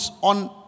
on